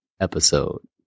episode